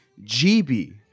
GB